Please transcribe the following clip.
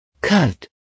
Cut